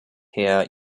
herr